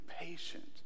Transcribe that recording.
patient